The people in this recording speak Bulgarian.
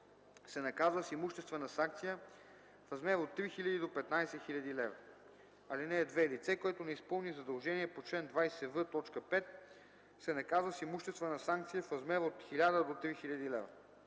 се наказва с имуществена санкция в размер от 3000 до 15 000 лв. (2) Лице, което не изпълни задължение по чл. 20в, т. 5, се наказва с имуществена санкция в размер от 1000 до 3000 лв.